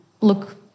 look